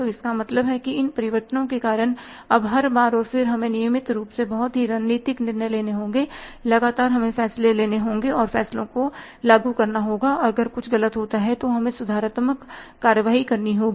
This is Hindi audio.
तो इसका मतलब है कि इन परिवर्तनों के कारण अब हर बार और फिर हमें नियमित रूप से बहुत ही रणनीतिक निर्णय लेने होंगे लगातार हमें फैसले लेने होंगे और फ़ैसलों को लागू करना होगा और अगर कुछ गलत होता है तो हमें सुधारात्मक कार्रवाई करनी होगी